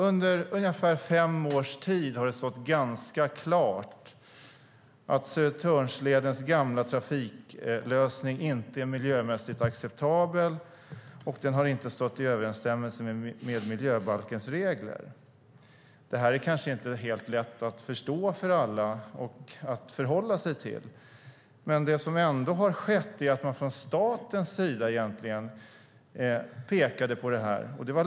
Under ungefär fem års tid har det stått ganska klart att Södertörnsledens gamla trafiklösning inte är miljömässigt acceptabel. Den har inte stått i överensstämmelse med miljöbalkens regler. Det är kanske inte helt lätt för alla att förstå och förhålla sig till. Det som skedde var att man från statens sida pekade på detta.